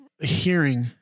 hearing